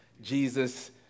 Jesus